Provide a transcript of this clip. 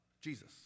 Jesus